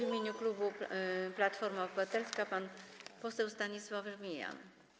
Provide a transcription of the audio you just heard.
W imieniu klubu Platforma Obywatelska pan poseł Stanisław Żmijan.